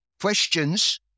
questions